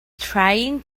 trying